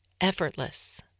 effortless